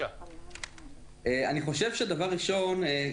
דבר ראשון,